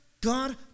God